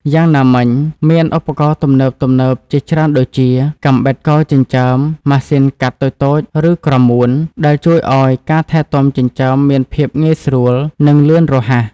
យ៉ាងណាមិញ មានឧបករណ៍ទំនើបៗជាច្រើនដូចជា កាំបិតកោរចិញ្ចើម ម៉ាស៊ីនកាត់តូចៗ ឬក្រមួន ដែលជួយឲ្យការថែទាំចិញ្ចើមមានភាពងាយស្រួល និងលឿនរហ័ស។